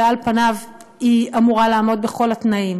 ועל פניו היא אמורה לעמוד בכל התנאים